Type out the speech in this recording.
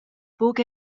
buc